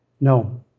No